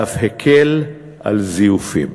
ואף הקל על זיופים.